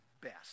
best